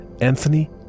Anthony